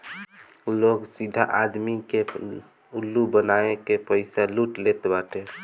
लोग सीधा आदमी के उल्लू बनाई के पईसा लूट लेत बाटे